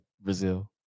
Brazil